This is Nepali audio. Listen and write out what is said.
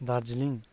दार्जिलिङ